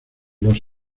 los